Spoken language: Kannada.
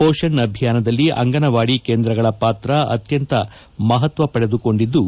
ಮೋಷಣ್ ಅಭಿಯಾನದಲ್ಲಿ ಅಂಗನವಾಡಿ ಕೇಂದ್ರಗಳ ಪಾತ್ರ ಅತ್ಕಂತ ಮಹತ್ವ ಪಡೆದುಕೊಂಡಿದ್ದು